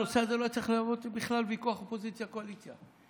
הנושא הזה לא היה צריך להוות בכלל ויכוח אופוזיציה קואליציה,